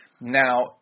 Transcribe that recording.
Now